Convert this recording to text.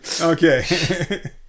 Okay